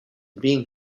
being